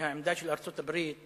שהעמדה של ארצות-הברית